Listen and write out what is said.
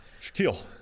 Shaquille